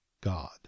god